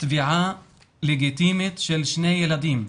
תביעה לגיטימית של שני ילדים.